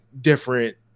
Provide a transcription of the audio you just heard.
different